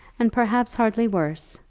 and perhaps hardly worse,